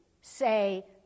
say